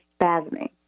spasming